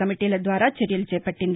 కమిటీల ద్వారా చర్యలు చేపట్లింది